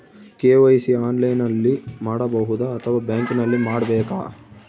KYC ಆನ್ಲೈನಲ್ಲಿ ಮಾಡಬಹುದಾ ಅಥವಾ ಬ್ಯಾಂಕಿನಲ್ಲಿ ಮಾಡ್ಬೇಕಾ?